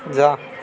जा